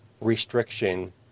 restriction